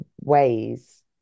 ways